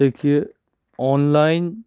देखिए ऑनलाइन